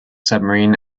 submarine